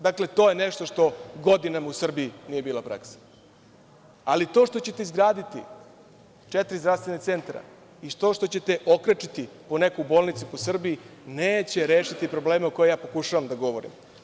Dakle, to je nešto što godinama u Srbiji nije bila praksa, ali to što ćete izgraditi četiri zdravstvena centra, to što ćete okrečiti poneku bolnicu u Srbiji neće rešiti probleme o kojima pokušavam da govorim.